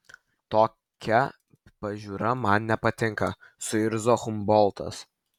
tokia pažiūra man nepatinka suirzo humboltas